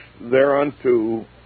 thereunto